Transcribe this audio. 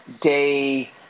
day